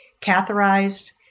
catheterized